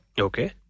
Okay